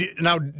now